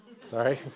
Sorry